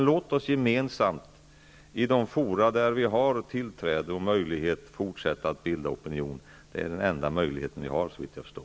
Låt oss gemensamt, i de fora dit vi har tillträde och där vi har möjlighet, fortsätta att bilda opinion. Det är den enda möjligheten vi har, såvitt jag förstår.